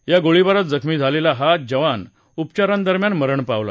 या गोळीबारात जखमी झालेला हा जवान उपचारांदरम्यान मरण पावला